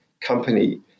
company